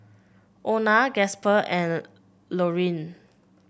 Ona Gasper and Laurene